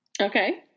Okay